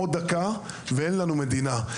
עוד דקה ואין לנו מדינה.